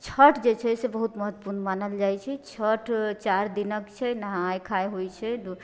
छठि जे छै से बहुत महत्वपूर्ण मानल जाइत छै छठि चारि दिनके छै नहाए खाए होइत छै